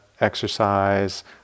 exercise